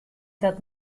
dat